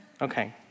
Okay